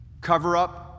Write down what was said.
cover-up